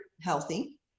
healthy